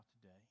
today